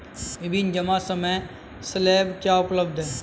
विभिन्न जमा समय स्लैब क्या उपलब्ध हैं?